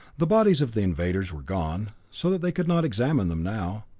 the bodies of the invaders were gone, so they could not examine them now.